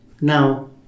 Now